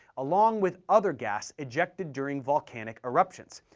along with other gas ejected during volcanic eruptions,